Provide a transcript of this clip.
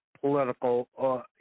political